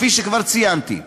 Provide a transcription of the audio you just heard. כפי שכבר ציינתי,